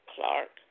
Clark